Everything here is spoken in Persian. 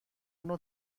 نوع